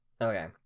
Okay